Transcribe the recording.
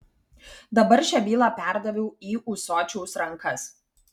dabar šią bylą perdaviau į ūsočiaus rankas